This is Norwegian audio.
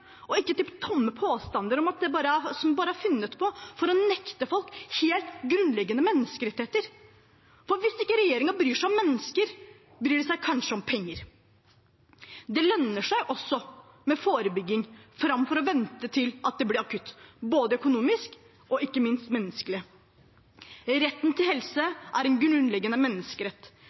ikke til tomme påstander som bare er funnet på for å nekte folk helt grunnleggende menneskerettigheter. For hvis ikke regjeringen bryr seg om mennesker, bryr de seg kanskje om penger. Det lønner seg også med forebygging framfor å vente til det blir akutt, både økonomisk og ikke minst menneskelig. Retten til helse er en grunnleggende menneskerett.